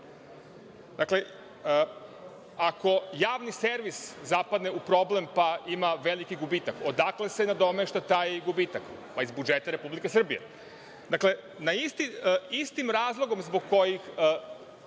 Dakle, ako javni servis zapadne u problem pa ima veliki gubitak, odakle da se nadomesti taj gubitak? Iz budžeta Republike Srbije. Dakle, isti razlog zbog kog